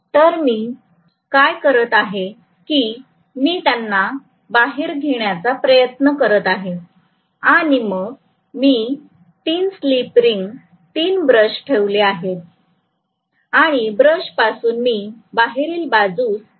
तर मी काय करत आहे की मी त्यांना बाहेर घेण्याचा प्रयत्न करत आहे आणि मग मी 3 स्लिप रिंग 3 ब्रश ठेवले आहेत आणि ब्रश पासून मी बाहेरील बाजूस कनेक्शन घेऊ शकते